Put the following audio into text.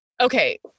okay